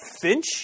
Finch